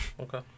Okay